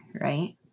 right